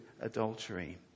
adultery